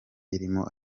irimo